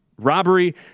Robbery